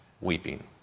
weeping